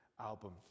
album